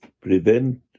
prevent